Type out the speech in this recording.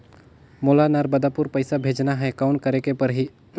मोला नर्मदापुर पइसा भेजना हैं, कौन करेके परही?